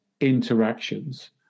interactions